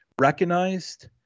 recognized